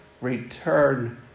Return